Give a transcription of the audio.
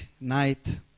night